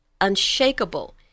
unshakable